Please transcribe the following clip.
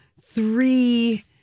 three